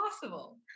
possible